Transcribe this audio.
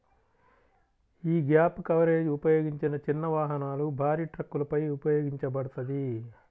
యీ gap coverage ఉపయోగించిన చిన్న వాహనాలు, భారీ ట్రక్కులపై ఉపయోగించబడతది